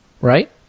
right